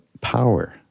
power